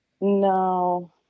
No